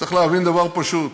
צריך להבין דבר פשוט: